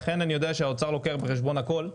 אני יודע שהאוצר לוקח בחשבון הכול.